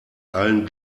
allen